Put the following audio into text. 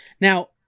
Now